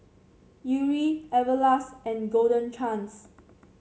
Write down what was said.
Yuri Everlast and Golden Chance